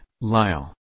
Lyle